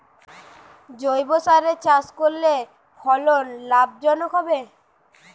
জৈবসারে চাষ করলে ফলন লাভজনক হবে?